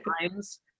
times